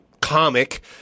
comic